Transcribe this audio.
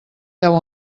deu